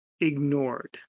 ignored